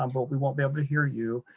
um but we won't be able to hear you,